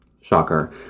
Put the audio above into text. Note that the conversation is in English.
shocker